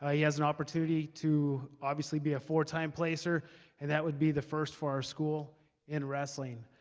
ah he has an opportunity to obviously be a four-time placer and that would be the first for our school in wrestling